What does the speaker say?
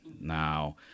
Now